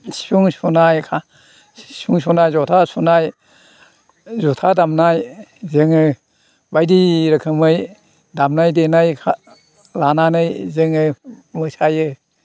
सिफुं सुनाय सिफुं सुनाय जथा सुनाय जथा दामनाय जोङो बायदि रोखोमै दामनाय देनाय लानानै जोङो मोसायो